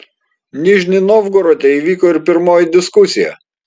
nižnij novgorode įvyko ir pirmoji diskusija